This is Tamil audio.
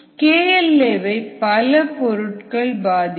KL a வை பல பொருட்கள் பாதிக்கும்